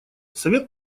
совет